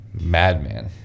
Madman